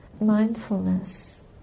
mindfulness